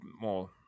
more